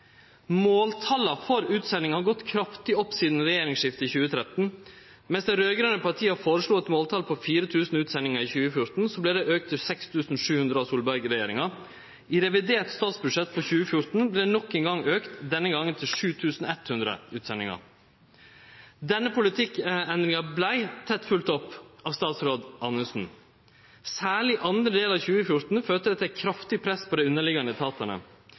Måltala for utsendingar har gått kraftig opp sidan regjeringsskiftet i 2013. Medan dei raud-grøne partia føreslo eit måltal på 4 000 utsendingar i 2014, vart det auka til 6 700 av Solberg-regjeringa. I revidert statsbudsjett for 2014 vart det nok ein gong auka, denne gongen til 7 100 utsendingar. Denne politikkendringa vart tett følgd opp av statsråd Anundsen. Særleg i andre del av 2014 førte det til eit kraftig press på dei underliggjande etatane.